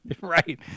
right